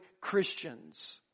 Christians